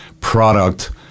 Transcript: product